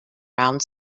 round